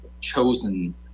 chosen